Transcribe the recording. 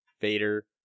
Vader